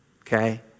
Okay